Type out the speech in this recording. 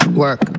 work